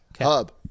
Hub